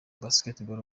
basketball